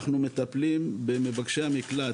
אנחנו מטפלים במבקשי המקלט,